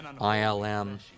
ILM